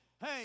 hey